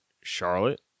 Charlotte